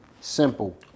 simple